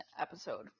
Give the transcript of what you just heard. episode